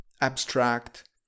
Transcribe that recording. abstract